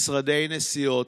משרדי נסיעות,